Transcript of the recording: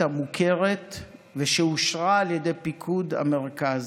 המוכרת ושאושרה על ידי פיקוד המרכז.